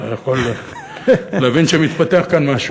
אתה יכול להבין שמתפתח כאן משהו.